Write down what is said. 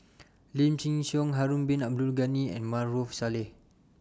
Lim Chin Siong Harun Bin Abdul Ghani and Maarof Salleh